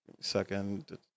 second